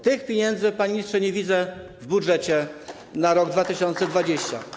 Tych pieniędzy, panie ministrze, nie widzę w budżecie na rok 2020.